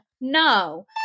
No